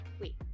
wait